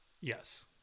Yes